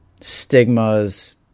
stigmas